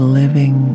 living